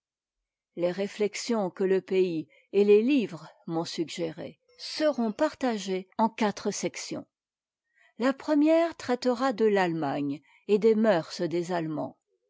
les réflexions que le pays et les livres m'ont suggérées seront partagées en quatre sections la première traitera de l'allemagne et des mœurs des ahemands